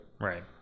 Right